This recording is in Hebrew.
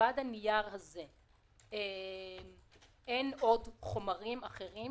שמלבד הנייר הזה אין עוד חומרים אחרים